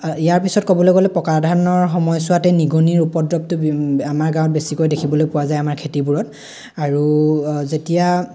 ইয়াৰ পিছত ক'বলৈ গ'লে পকা ধানৰ সময়ছোৱাতে নিগনিৰ উপদ্ৰৱটো আমাৰ গাঁৱত বেছিকৈ দেখিবলৈ পোৱা যায় আমাৰ খেতিবোৰত আৰু যেতিয়া